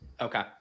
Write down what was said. Okay